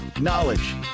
knowledge